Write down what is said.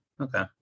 Okay